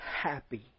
happy